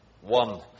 One